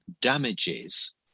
damages